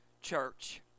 church